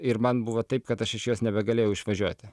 ir man buvo taip kad aš iš jos nebegalėjau išvažiuoti